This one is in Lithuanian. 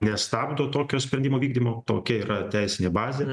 nestabdo tokio sprendimo vykdymo tokia yra teisinė bazė